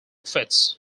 fits